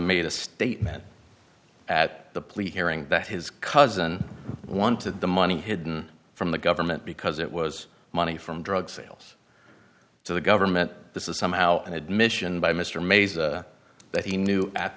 made a statement at the plea hearing that his cousin wanted the money hidden from the government because it was money from drug sales to the government this is somehow an admission by mr mays that he knew at